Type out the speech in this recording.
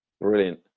Brilliant